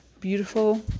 beautiful